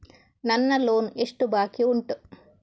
ನನ್ನ ಲೋನ್ ಎಷ್ಟು ಬಾಕಿ ಉಂಟು?